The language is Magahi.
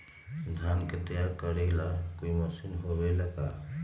धान के तैयार करेला कोई मशीन होबेला का?